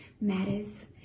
matters